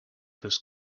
this